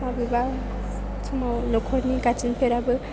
बबेबा समाव न'खरनि गार्जेनफोराबो